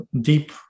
deep